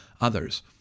others